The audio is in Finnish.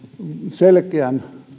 selkeän